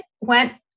went